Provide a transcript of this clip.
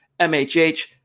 MHH